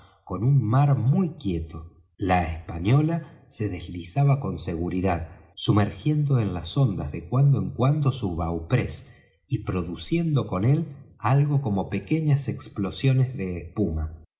con una mar muy quieta la española se deslizaba con seguridad sumergiendo en las ondas de cuando en cuando su bauprés y produciendo con él algo como pequeñas explosiones de espuma